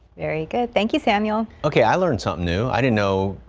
very good. thank you daniel ok i learn something new i you know